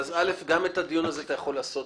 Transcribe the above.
גם את הדיון הזה אתה יכול לעשות